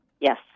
Yes